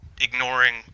ignoring